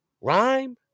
rhyme